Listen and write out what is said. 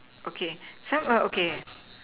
okay so okay